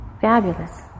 Fabulous